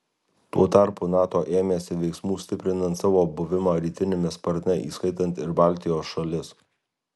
tuo tarpu nato ėmėsi veiksmų stiprinant savo buvimą rytiniame sparne įskaitant ir baltijos šalis